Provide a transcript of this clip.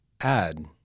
add